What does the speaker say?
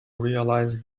realize